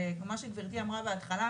וכמו שגברתי אמרה בהתחלה,